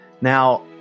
now